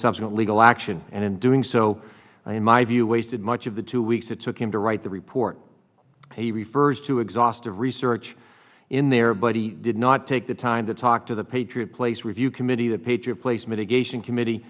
subsequent legal action and in doing so i in my view wasted much of the two weeks it took him to write the report he refers to exhaustive research in there but he did not take the time to talk to the patriot place review committee the patriot place mitigation committee